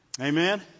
Amen